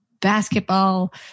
basketball